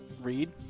read